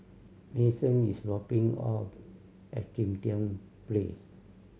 Mason is dropping off at Kim Tian Place